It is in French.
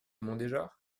mondéjar